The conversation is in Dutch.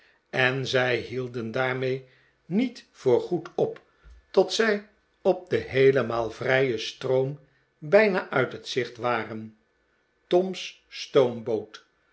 en zij hielden daarmee niet voorgoed op tot zij op den heelemaal vrijen stroom bijna uit het gezicht waren tom's stoomboot